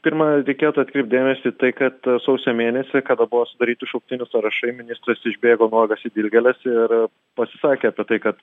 pirma reikėtų atkreipt dėmesį į tai kad sausio mėnesį kada buvo sudaryti šauktinių sąrašai ministras išbėgo nuogas į dilgėles ir pasisakė apie tai kad